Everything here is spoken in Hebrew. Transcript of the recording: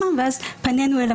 השעה 11:30. אנחנו פותחים את ישיבת